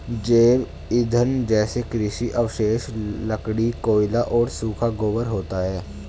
जैव ईंधन जैसे कृषि अवशेष, लकड़ी, कोयला और सूखा गोबर होता है